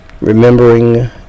remembering